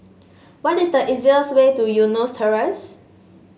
what is the easiest way to Eunos Terrace